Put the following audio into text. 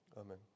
Amen